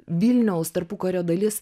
vilniaus tarpukario dalis